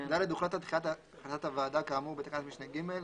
(ד)הוחלט על דחיית החלטת הוועדה כאמור בתקנת משנה (ג),